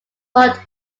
parked